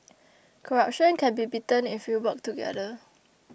corruption can be beaten if we work together